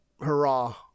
hurrah